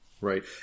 right